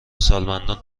سالمندان